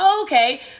okay